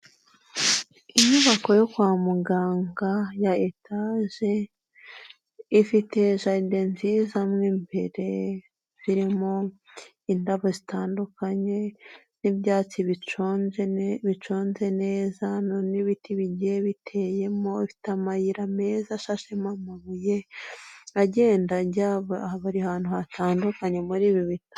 Inyubako yo kwa muganga ya etaje ifite jaride nziza mo imbere irimo indabo zitandukanye n'ibyatsi biconje bicunze neza n'ibiti bigiye biteyemo, ifite amayira meza ashashemo amabuye agenda ajya buri hantu hatandukanye muri ibi bitaro.